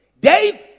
Dave